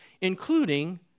including